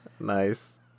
Nice